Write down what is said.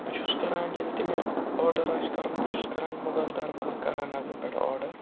بہٕ چھُس کَران ییٚلہِ تہِ مےٚ آرڈَر آسہِ کَرُن بہٕ چھُس کَران مُغل دربار کرن نَگرٕ پٮ۪ٹھ آرڈَر